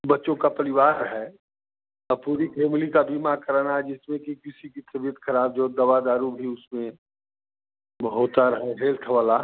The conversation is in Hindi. बच्चों का परिवार है पूरी फ़ैमिली का बीमा कराना है जिसमें कि किसी की तबियत खराब जो दवा दारू भी उसमें होता रहे हेल्थ वाला